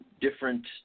different